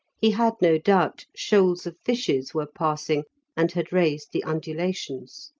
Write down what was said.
he had no doubt shoals of fishes were passing and had raised the undulations.